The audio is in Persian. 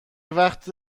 وقت